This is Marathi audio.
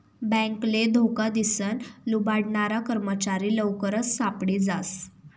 बॅकले धोका दिसन लुबाडनारा कर्मचारी लवकरच सापडी जास